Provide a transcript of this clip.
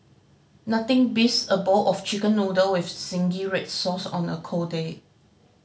nothing beats a bowl of Chicken Noodle with zingy red sauce on a cold day